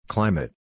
Climate